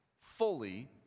fully